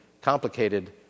complicated